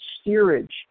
steerage